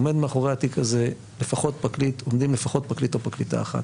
עומד מאחורי התיק הזה לפחות פרקליט או פרקליטה אחת.